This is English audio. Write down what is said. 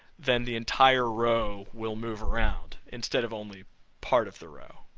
then the entire row will move around instead of only part of the row.